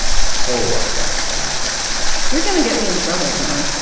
a whole lot less than you find here. you're gonna get me in trouble, john.